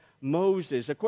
Moses